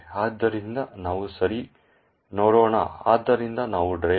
ಆದ್ದರಿಂದ ನಾವು ಸರಿ ನೋಡೋಣ ಆದ್ದರಿಂದ ನಾವು driver